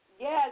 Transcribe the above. Yes